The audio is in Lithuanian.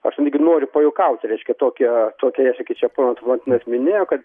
aš noriu pajuokaut reiškia tokią tokią čia ponas valantinas minėjo kad